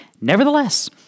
Nevertheless